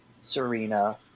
Serena